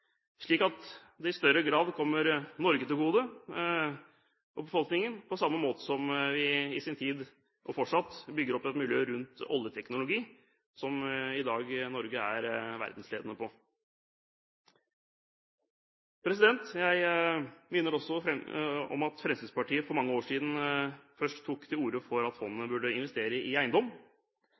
slik at det i større grad kommer Norge og befolkningen til gode, på samme måte som vi i sin tid bygget, og fortsatt bygger, opp et miljø rundt oljeteknologi, som Norge i dag er verdensledende på. Jeg minner også om at Fremskrittspartiet for mange år siden først tok til orde for at fondet burde investere i eiendom.